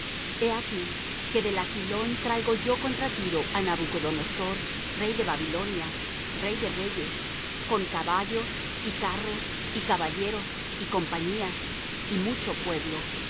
he aquí que del aquilón traigo yo contra tiro á nabucodonosor rey de babilonia rey de reyes con caballos y carros y caballeros y compañías y mucho pueblo